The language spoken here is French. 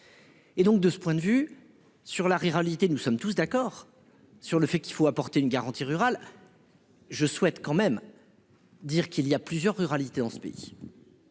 Et donc de ce point de vue sur la ruralité nous sommes tous d'accord sur le fait qu'il faut apporter une garantie rural. Je souhaite quand même. Dire qu'il y a plusieurs ruralité dans ce pays.